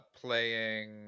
playing